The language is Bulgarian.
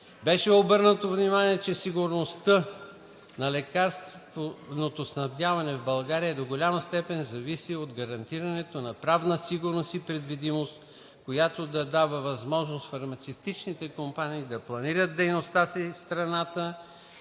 Беше обърнато внимание, че сигурността на лекарственото снабдяване в България до голяма степен зависи от гарантирането на правната сигурност и предвидимост, която да дава възможност фармацевтичните компании да планират дейността си в страната